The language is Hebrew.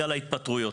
גל ההתפטרויות.